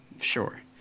sure